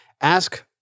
ask